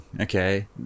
okay